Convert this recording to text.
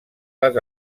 les